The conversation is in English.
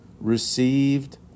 received